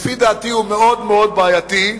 לפי דעתי, הוא מאוד-מאוד בעייתי.